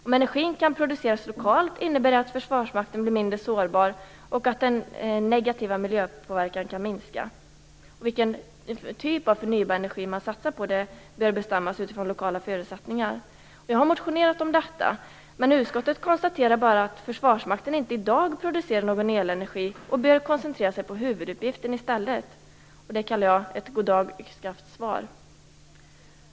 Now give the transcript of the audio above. Om energin kan produceras lokalt innebär det att Försvarsmakten blir mindre sårbar och att den negativa miljöpåverkan kan minska. Vilken typ av förnybar energi som man satsar på bör bestämmas utifrån lokala förutsättningar." Jag har motionerat om detta, men utskottet konstaterar bara att Försvarsmakten inte i dag producerar någon elenergi och att man i stället bör koncentrera sig på huvuduppgiften. Det kallar jag för ett goddagyxskaft-svar.